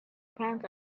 pants